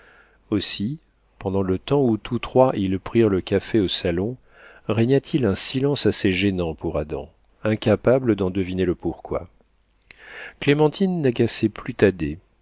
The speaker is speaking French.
aussi pendant le temps où tous trois ils prirent le café au salon régna t il un silence assez gênant pour adam incapable d'en deviner le pourquoi clémentine n'agaçait plus thaddée